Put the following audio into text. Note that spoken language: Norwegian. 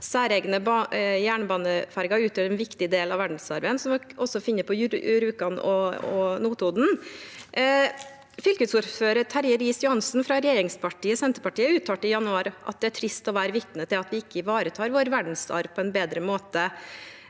særegne jernbaneferger som utgjør en viktig del av verdensarven som vi finner på Rjukan og Notodden. Fylkesordfører Terje Riis-Johansen fra regjeringspartiet Senterpartiet uttalte i januar: «Det er trist å være vitne til at vi ikke ivaretar vår verdensarv på en bedre måte.»